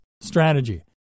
Strategy